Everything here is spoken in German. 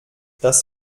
das